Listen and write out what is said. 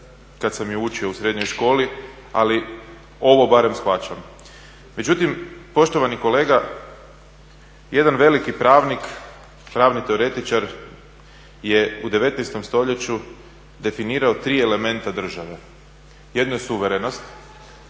kad sam je učio u srednjoj školi, ali ovo barem shvaćam. Međutim, poštovani kolega jedan veliki pravnik, pravni teoretičar je u 19. stoljeću definirao tri elementa države. Jedno je suverenost,